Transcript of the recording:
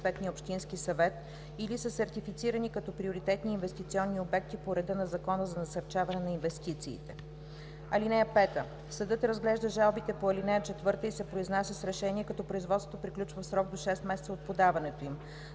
(5) Съдът разглежда жалбите по ал. 4 и се произнася с решение, като производството приключва в срок до шест месеца от подаването им.